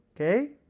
Okay